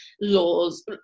laws